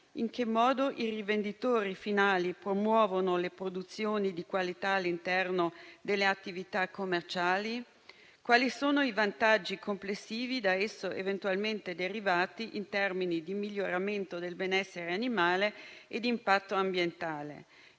in che modo i rivenditori finali promuovono le produzioni di qualità all'interno delle attività commerciali; quali sono i vantaggi complessivi da esso eventualmente derivati in termini di miglioramento del benessere animale e di impatto ambientale.